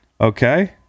Okay